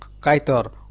Kaitor